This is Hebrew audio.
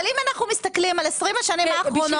אבל אם אנחנו מסתכלים על 20 השנים האחרונות,